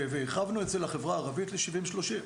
ואצל החברה הערבית הרחבנו ל-70-30,